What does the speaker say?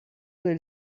del